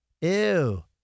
Ew